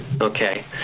Okay